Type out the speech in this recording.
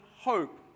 hope